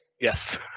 yes